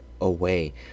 away